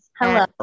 Hello